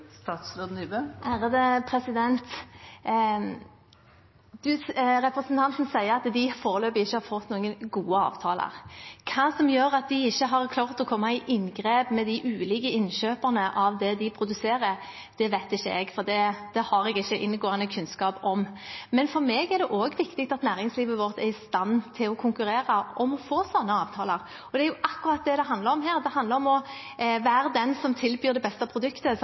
Representanten sier at de foreløpig ikke har fått noen gode avtaler. Hva som gjør at de ikke har klart å komme i inngrep med de ulike innkjøperne av det de produserer, vet ikke jeg, det har jeg ikke inngående kunnskap om. For meg er det viktig at næringslivet vårt er i stand til å konkurrere om å få sånne avtaler, for det er akkurat det det handler om her. Det handler om å være den som tilbyr det beste produktet,